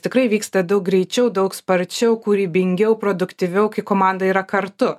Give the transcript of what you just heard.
tikrai vyksta daug greičiau daug sparčiau kūrybingiau produktyviau kai komanda yra kartu